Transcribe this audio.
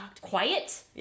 Quiet